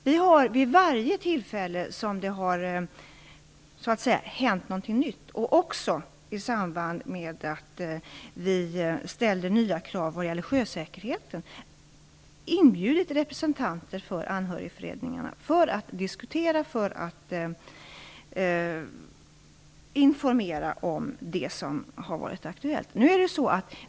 Vi har vid varje tillfälle som det har hänt någonting nytt, och även i samband med att vi ställer nya krav vad gäller sjösäkerheten, inbjudit representanter för anhörigföreningarna för att diskutera och för att informera om det som har varit aktuellt.